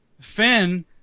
Finn